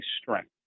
strength